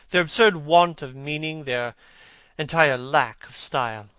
their absurd want of meaning, their entire lack of style.